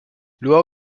luego